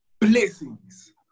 Blessings